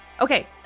Okay